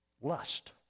Lust